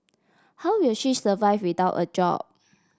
how will she survive without a job